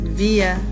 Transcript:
via